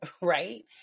Right